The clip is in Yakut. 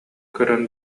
көрөн